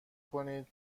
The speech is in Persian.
کنید